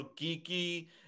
geeky